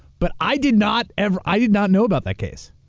but i did not ever. i did not know about that case.